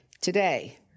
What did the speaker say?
today